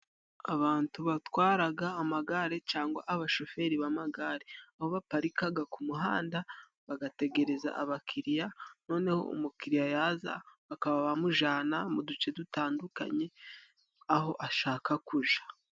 Abantu batwaraga amagare cangwa abashoferi b'amagare aho baparikaga ku muhanda bagategereza abakiriya, noneho umukiriya yaza bakaba bamujana mu duce dutandukanye aho ashaka kuja.